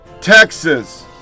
Texas